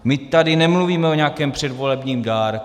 My tady nemluvíme o nějakém předvolebním dárku.